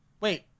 wait